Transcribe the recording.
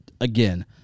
again